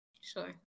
Sure